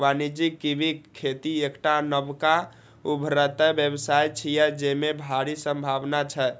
वाणिज्यिक कीवीक खेती एकटा नबका उभरैत व्यवसाय छियै, जेमे भारी संभावना छै